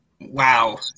Wow